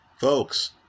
folks